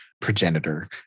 progenitor